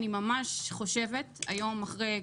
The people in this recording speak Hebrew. אני ממש חושבת היום אחרי,